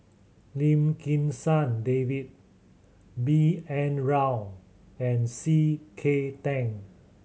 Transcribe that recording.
Lim Kim San David B N Rao and C K Tan